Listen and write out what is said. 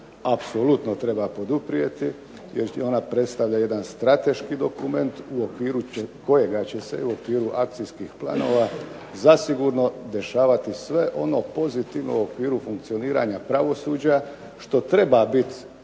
apsolutno treba podurpijeti, jer ona predstavlja jedan strateški dokument u okviru kojega će se u okviru akcijskih planova zasigurno dešavati sve ono pozitivno u okviru funkcioniranja pravosuđa, što treba biti